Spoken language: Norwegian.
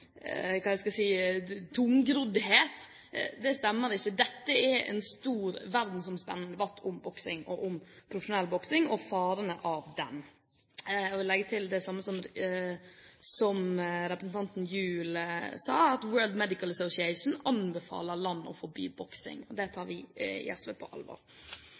stemmer ikke. Dette er en stor, verdensomspennende debatt om boksing og om profesjonell boksing og farene ved det. Jeg vil legge til det som representanten Gjul sa, at World Medical Association anbefaler landene å forby boksing. Det tar vi i SV på alvor.